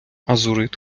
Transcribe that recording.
азурит